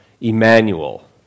Emmanuel